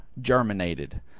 germinated